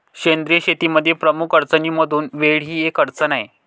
सेंद्रिय शेतीमध्ये प्रमुख अडचणींमधून वेळ ही एक अडचण आहे